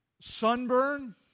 sunburn